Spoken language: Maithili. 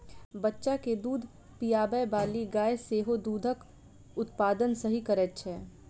बच्चा के दूध पिआबैबाली गाय सेहो दूधक उत्पादन सही करैत छै